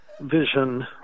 vision